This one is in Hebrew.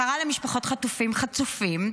קראה למשפחות חטופים חצופים,